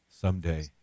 someday